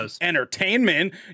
entertainment